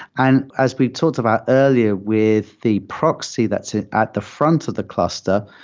and as we've talked about earlier with the proxy that's ah at the front of the cluster,